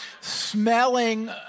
smelling